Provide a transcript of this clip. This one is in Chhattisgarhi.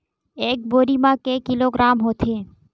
एक बोरी म के किलोग्राम होथे?